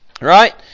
right